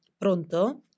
Pronto